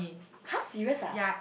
!huh! serious ah